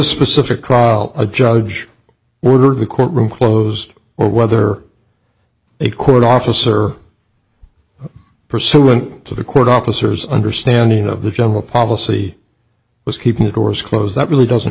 specific cross a judge ordered the courtroom closed or whether a court officer pursuant to the court officers understanding of the general policy was keeping the doors closed that really doesn't